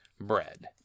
Bread